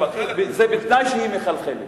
זה בתנאי שהיא מחלחלת.